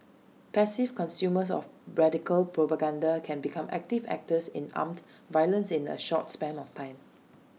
passive consumers of radical propaganda can become active actors in armed violence in A short span of time